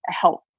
help